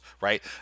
right